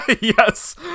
Yes